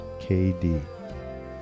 KD